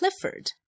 Clifford